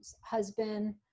husband